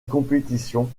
compétition